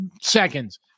seconds